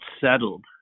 settled